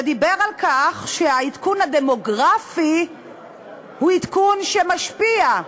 ודיבר על כך שהעדכון הדמוגרפי הוא עדכון שמשפיע.